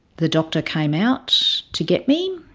the doctor came out to get me.